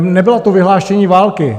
Nebylo to vyhlášení války.